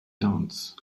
dance